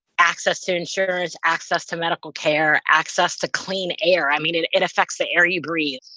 access to insurers, access to medical care, access to clean air. i mean, it it affects the air you breathe.